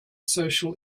social